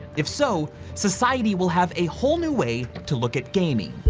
if so, society will have a whole new way to look at gaming.